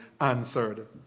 answered